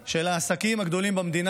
של העסקים הגדולים במדינה